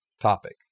topic